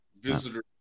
visitor